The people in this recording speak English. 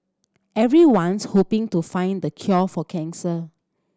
everyone's hoping to find the cure for cancer